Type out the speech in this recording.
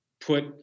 put